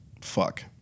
fuck